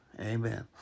Amen